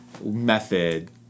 method